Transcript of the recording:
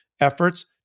efforts